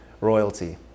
royalty